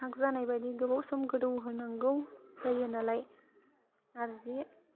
फाग जानाय बायदि गोबाव सम गोदौ होनांगौ जायो नालाय नारजि